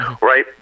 Right